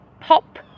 pop